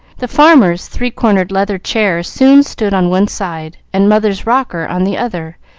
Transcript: the farmer's three-cornered leathern chair soon stood on one side, and mother's rocker on the other,